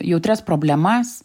jautrias problemas